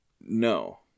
no